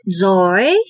Joy